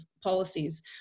policies